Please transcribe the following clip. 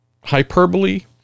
hyperbole